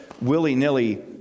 willy-nilly